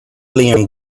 alien